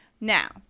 Now